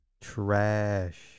Trash